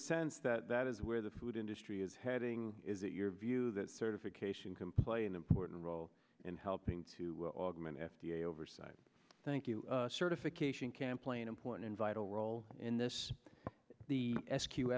sense that that is where the food industry is heading is it your view that certification complain important role in helping to augment f d a oversight thank you certification can play an important vital role in this the s q